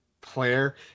Player